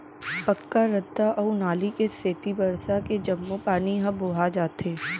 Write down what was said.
पक्का रद्दा अउ नाली के सेती बरसा के जम्मो पानी ह बोहा जाथे